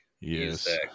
Yes